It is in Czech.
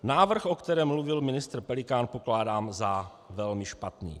Návrh, o kterém mluvil ministr Pelikán, pokládám za velmi špatný.